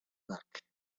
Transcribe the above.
luck